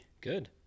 good